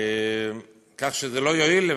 כך שזה לא יועיל.